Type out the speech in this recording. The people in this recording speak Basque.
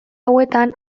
hauetan